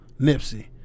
Nipsey